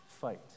fight